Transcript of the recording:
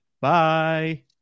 Bye